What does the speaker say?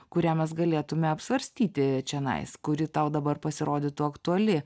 kurią mes galėtume apsvarstyti čionais kuri tau dabar pasirodytų aktuali